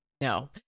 no